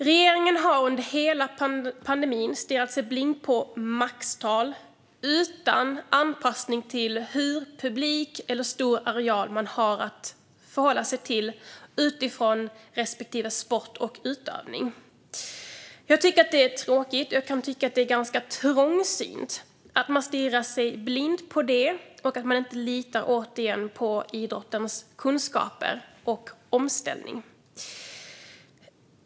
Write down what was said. Regeringen har under hela pandemin stirrat sig blind på maxtal, utan anpassning till hur stor publik eller areal man har att förhålla sig till utifrån respektive sport och utövande. Jag tycker att det är tråkigt. Jag kan tycka att det är ganska trångsynt att regeringen stirrar sig blind på detta och att regeringen inte litar på idrottens kunskaper och omställning.